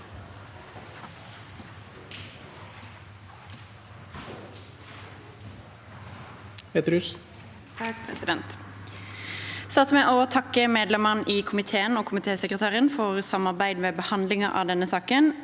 Jeg starter med å takke medlemmene i komiteen og komitéråden for samarbeidet ved behandlingen av denne saken.